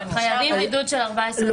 חייבים בידוד של 14 יום,